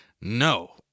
no